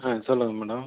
ஆ சொல்லுங்கள் மேடம்